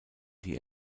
die